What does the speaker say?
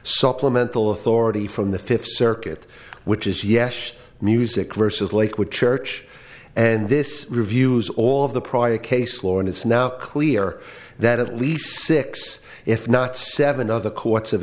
supplemental authority from the fifth circuit which is yes music versus lakewood church and this reviews all of the prior case law and it's now clear that at least six if not seven other courts of